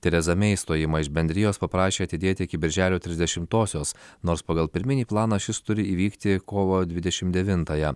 tereza mei išstojimą iš bendrijos paprašė atidėti iki birželio trisdešimtosios nors pagal pirminį planą šis turi įvykti kovo dvidešim devintąją